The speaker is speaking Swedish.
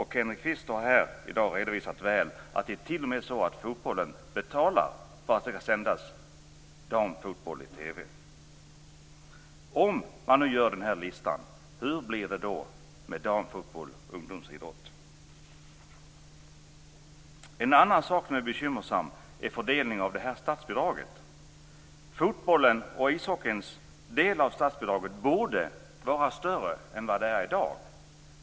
Kenneth Kvist har här i dag väl redovisat att det t.o.m. är så att fotbollen betalar för att damfotboll skall sändas i TV. Om man nu upprättar denna lista, hur blir det då med damfotboll och ungdomsidrott? En annan sak som är bekymmersam är fördelningen av statsbidraget. Fotbollens och ishockeyns del av statsbidraget borde vara större än vad den är i dag.